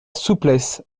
souplesse